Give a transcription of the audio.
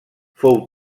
fou